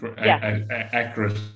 accurate